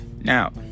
Now